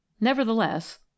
Nevertheless